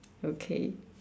okay